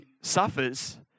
suffers